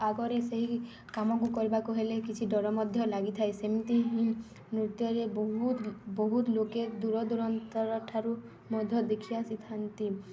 ଆଗରେ ସେହି କାମକୁ କରିବାକୁ ହେଲେ କିଛି ଡର ମଧ୍ୟ ଲାଗିଥାଏ ସେମିତି ହିଁ ନୃତ୍ୟରେ ବହୁତ ବହୁତ ଲୋକେ ଦୂରଦୂରାନ୍ତରଠାରୁ ମଧ୍ୟ ଦେଖି ଆସିଥାନ୍ତି